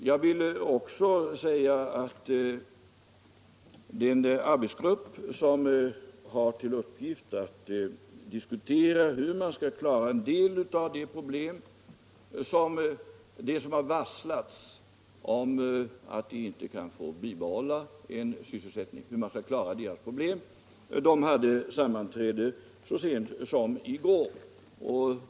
Jag vill också nämna att den arbetsgrupp som har till uppgift att utreda hur man skall klara problemen för dem som varslats om att inte in få behålla sin sysselsättning hade sammanträde så sent som i går.